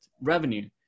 revenue